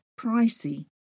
pricey